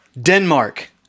Denmark